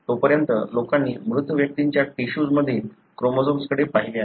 तोपर्यंत लोकांनी मृत व्यक्तींच्या टिशूज मधील क्रोमोझोम्सकडे पाहिले आहे